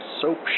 soap